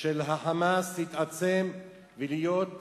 של ה"חמאס" להתעצם ולהיות